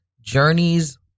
journeys